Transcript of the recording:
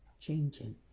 changing